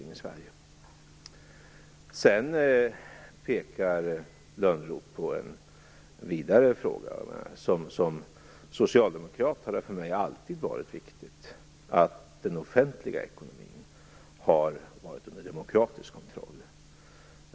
Lönnroth pekar också på en vidare fråga. För mig som socialdemokrat har det alltid varit viktigt att den offentliga ekonomin står under demokratisk kontroll.